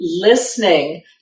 listening